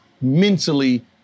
mentally